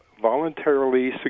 voluntarily